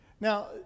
Now